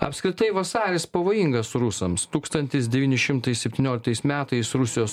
apskritai vasaris pavojingas rusams tūkstantis devyni šimtai septynioliktais metais rusijos